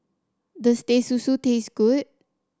does Teh Susu taste good